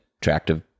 attractive